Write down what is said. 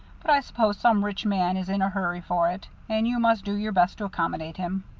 but i suppose some rich man is in a hurry for it and you must do your best to accommodate him.